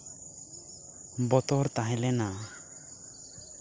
ᱵᱚᱛᱚᱨ ᱛᱟᱦᱮᱸ ᱞᱮᱱᱟ